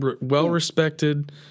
well-respected